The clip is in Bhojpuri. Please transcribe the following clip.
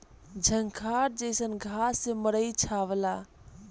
झंखार जईसन घास से मड़ई छावला